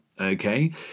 okay